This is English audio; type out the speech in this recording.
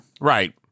Right